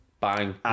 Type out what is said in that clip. bang